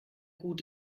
gut